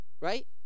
Right